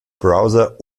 browser